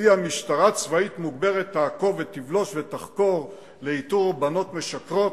שלפיה משטרה צבאית מוגברת תעקוב ותבלוש ותחקור לאיתור בנות משקרות,